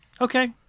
Okay